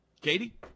Katie